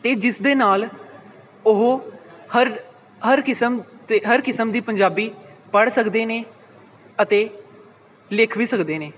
ਅਤੇ ਜਿਸ ਦੇ ਨਾਲ ਉਹ ਹਰ ਹਰ ਕਿਸਮ ਅਤੇ ਹਰ ਕਿਸਮ ਦੀ ਪੰਜਾਬੀ ਪੜ੍ਹ ਸਕਦੇ ਨੇ ਅਤੇ ਲਿਖ ਵੀ ਸਕਦੇ ਨੇ